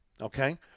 okay